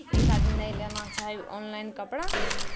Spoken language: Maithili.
ई खातिर नहि लेना चाही ऑनलाइन कपड़ा